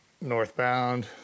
northbound